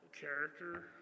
character